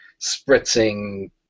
spritzing